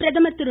பிரதமர் திரு